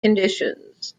conditions